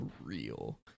real